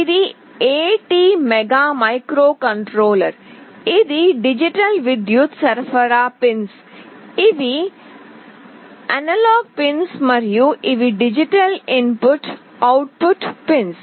ఇది ATmega microcontroller ఇది digital విద్యుత్ సరఫరా పిన్స్ ఇవి అనలాగ్ పిన్స్ మరియు ఇవి డిజిటల్ ఇన్పుట్ అవుట్పుట్ పిన్స్